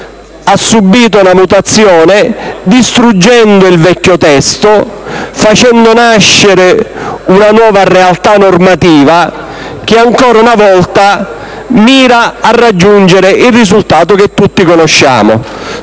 ha subito una mutazione. che ha distrutto il vecchio testo, facendo nascere una nuova realtà normativa che ancora una volta mira a raggiungere il risultato che tutti conosciamo: